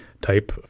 type